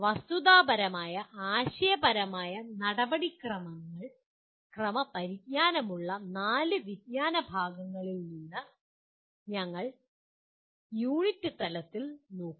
വസ്തുതാപരമായ ആശയപരമായ നടപടിക്രമ പരിജ്ഞാനമുള്ള നാല് വിജ്ഞാന വിഭാഗങ്ങളിൽ നിന്ന് ഞങ്ങൾ യൂണിറ്റ് തലത്തിൽ നോക്കും